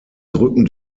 drücken